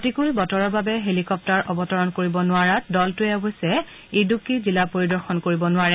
প্ৰতিকূল বতৰৰ বাবে হেলিকপ্তাৰ অৱতৰণ কৰিব নোৱাৰাত দলটোৱে অৱশ্যে ইডুক্কি জিলা পৰিদৰ্শন কৰিব নোৱাৰে